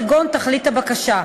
כגון תכלית הבקשה.